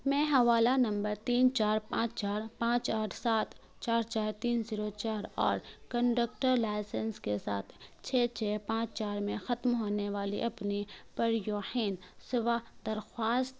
میں حوالہ نمبر تین چار پانچ چار پانچ آٹھ سات چار چار تین زیرو چار اور کنڈکٹر لائسنس کے ساتھ چھ چھ پانچ چار میں ختم ہونے والی اپنی پریوحین سیوا درخواست